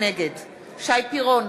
נגד שי פירון,